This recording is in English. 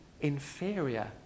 inferior